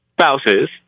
spouses